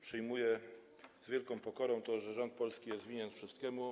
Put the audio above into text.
Przyjmuję z wielką pokorą twierdzenie, że rząd polski jest winien wszystkiemu.